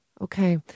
Okay